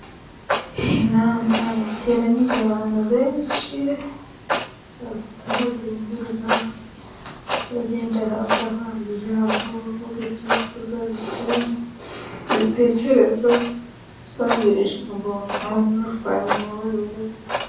Inama yateranije abantu benshi, abaturage binjiriza bagenda bahabwa ijambo bavuga ibyifuzo binyuranye ibitekerezo, basangira ijambo muri rusange.